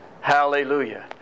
Hallelujah